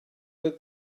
oedd